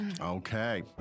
Okay